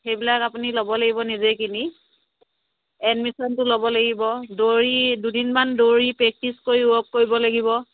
সেইবিলাক আপুনি ল'ব লাগিব নিজে কিনি এডমিছনটো ল'ব লাগিব দৌৰি দুদিনমান দৌৰি প্ৰেক্টিচ কৰি ৱৰ্ক কৰিব লাগিব